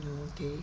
okay